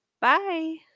Bye